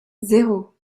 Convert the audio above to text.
zéro